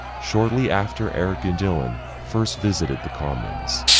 shortly after eric and dylan first visited the commons,